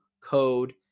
code